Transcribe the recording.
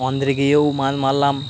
অন্ধ্রে গিয়েও মাছ মারলাম